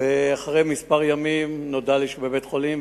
ואחרי ימים מספר נודע לי שהוא בבית-חולים,